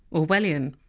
orwellian.